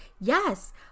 yes